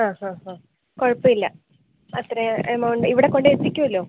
ആ ഹാ ഹാ കുഴപ്പമില്ല അത്രയും എമൗണ്ട് ഇവിടെ കൊണ്ടെത്തിക്കുല്ലോ